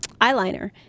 eyeliner